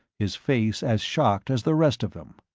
his face as shocked as the rest of them.